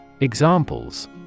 Examples